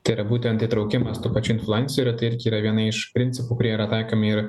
tai yra būtent įtraukimas tų pačių influencerių tai yra viena iš principų kurie yra taikomi ir